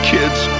Kids